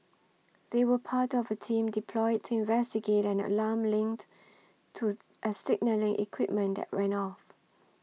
they were part of a team deployed to investigate an alarm linked to a signalling equipment that went off